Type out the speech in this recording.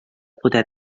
poder